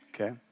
Okay